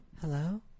Hello